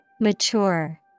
Mature